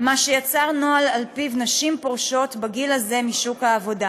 מה שיצר נוהל שעל פיו נשים פורשות בגיל הזה משוק העבודה.